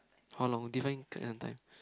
how long define quite some time